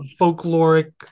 folkloric